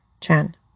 Chan